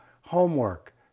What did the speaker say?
homework